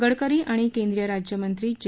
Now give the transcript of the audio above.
गडकरी आणि केंद्रीय राज्यमंत्री जे